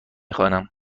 خوانم